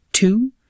Two